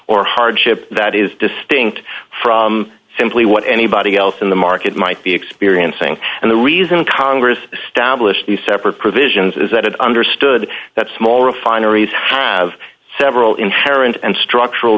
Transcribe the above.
or hardship that is distinct from simply what anybody else in the market might be experiencing and the reason congress established the separate provisions is that it understood that small refineries have several inherent and structural